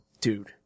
Dude